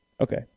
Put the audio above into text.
Okay